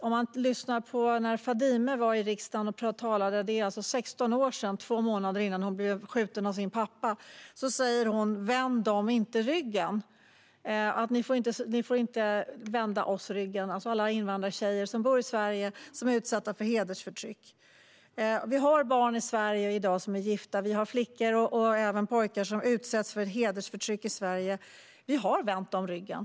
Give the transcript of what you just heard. När Fadime Sahindal talade i riksdagen för 16 år sedan, två månader innan hon blev skjuten av sin pappa, sa hon: Vänd dem inte ryggen! Ni får inte vända oss ryggen. Hon talade om alla invandrartjejer som bor i Sverige och som är utsatta för hedersförtryck. Vi har barn i Sverige i dag som är gifta. Vi har flickor och även pojkar som utsätts för hedersförtryck i Sverige. Vi har vänt dem ryggen.